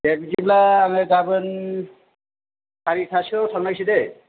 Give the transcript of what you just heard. दे बिदिब्ला आङो गाबोन सारिथासोआव थांनायसै दे